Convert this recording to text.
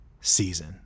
season